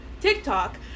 TikTok